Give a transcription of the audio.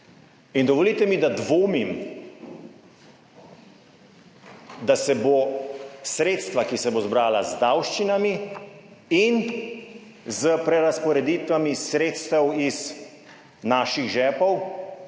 In dovolite mi, da dvomim, da se bo sredstva, ki se bodo zbrala z davščinami in s prerazporeditvami sredstev iz naših žepov,